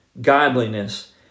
godliness